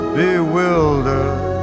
bewildered